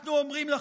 אנחנו אומרים לכם: